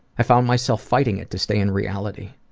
i found myself fighting it to stay in reality.